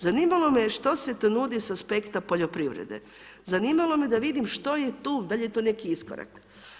Zanimalo me što se to nudi sa aspekta poljoprivrede, zanimalo me da vidimo što je tu, da li je to neki iskorak.